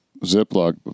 Ziploc